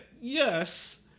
yes